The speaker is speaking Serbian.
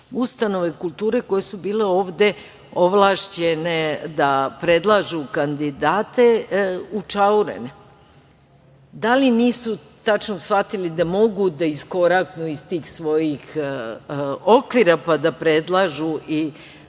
ustanove kulture koje su bile ovde ovlašćene da predlažu kandidate, učaurene. Da li nisu tačno shvatili da mogu da iskoraknu iz tih svojih okvira pa da predlažu i